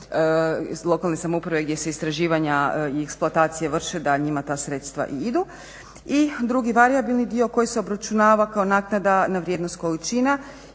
lokalne samouprave gdje se istraživanja i eksploatacije vrše da njima ta sredstva i idu. I drugi varijabilni dio koji se obračunava kao naknada na vrijednost količina